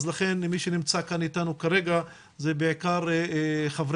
לכן מי שנמצא כאן איתנו כרגע אלו בעיקר חברי